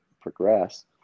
progress